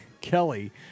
Kelly